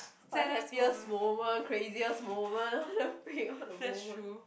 what happiest moment craziest moment what-the-freak all the moment